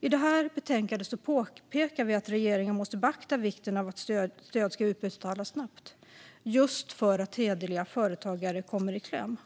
I det här betänkandet påpekar vi att regeringen måste beakta vikten av att stöd utbetalas snabbt just för att hederliga företagare kommer i kläm.